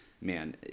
man